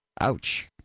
Ouch